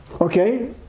okay